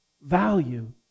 value